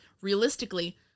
realistically